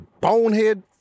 bonehead